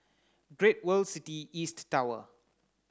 Great World City East Tower